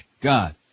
God